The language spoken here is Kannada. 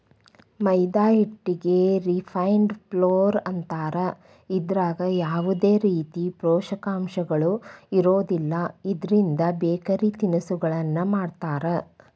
ಮೈದಾ ಹಿಟ್ಟಿಗೆ ರಿಫೈನ್ಡ್ ಫ್ಲೋರ್ ಅಂತಾರ, ಇದ್ರಾಗ ಯಾವದೇ ರೇತಿ ಪೋಷಕಾಂಶಗಳು ಇರೋದಿಲ್ಲ, ಇದ್ರಿಂದ ಬೇಕರಿ ತಿನಿಸಗಳನ್ನ ಮಾಡ್ತಾರ